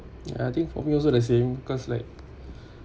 ya I think for me also the same because like